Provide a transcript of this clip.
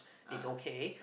is okay